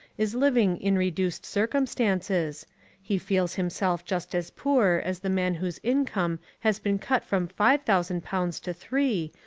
is living in reduced circumstances he feels himself just as poor as the man whose income has been cut from five thousand pounds to three,